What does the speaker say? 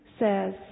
says